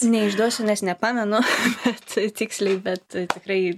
neišduosiu nes nepamenu taip tiksliai bet tikrai